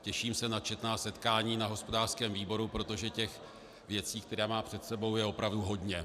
Těším se na četná setkání na hospodářském výboru, protože těch věcí, které má před sebou, je opravdu hodně.